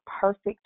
perfect